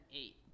eight